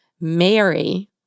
Mary